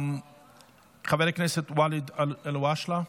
חבר הכנסת ואליד אלהואשלה,